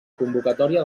convocatòria